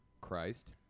Christ